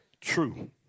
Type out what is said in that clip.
True